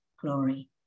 glory